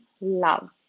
love